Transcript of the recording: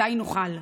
מתי נוכל?